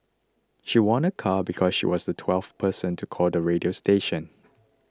she won a car because she was the twelfth person to call the radio station